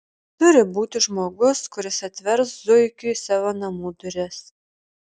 turi būti žmogus kuris atvers zuikiui savo namų duris